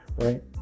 right